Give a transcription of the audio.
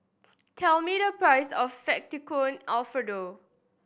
tell me the price of Fettuccine Alfredo